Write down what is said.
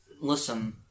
listen